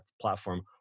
platform